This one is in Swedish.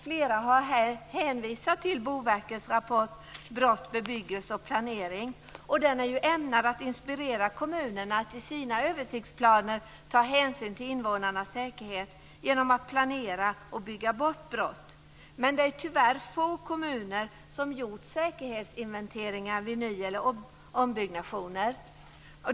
Flera har här hänvisat till Boverkets rapport Brott, bebyggelse och planering, och den är ämnad att inspirera kommunerna att i sina översiktsplaner ta hänsyn till invånarnas säkerhet genom att planera och bygga bort brott. Det är tyvärr få kommuner som har gjort säkerhetsinventeringar vid ny eller ombyggnationer.